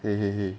eh eh eh